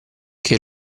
che